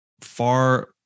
far